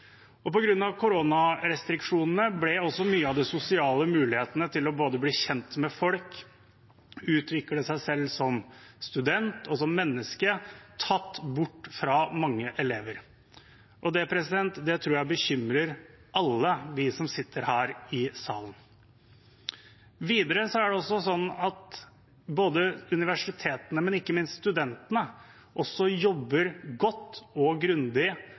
Og på grunn av corona-restriksjonene ble også mange av de sosiale mulighetene til å både bli kjent med folk og utvikle seg som student og menneske tatt bort fra mange elever. Det tror jeg bekymrer alle oss som sitter her i salen. Videre jobber universitetene, men ikke minst studentene godt og grundig med å danne de sosiale arenaene som skaper både inkludering og